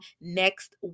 next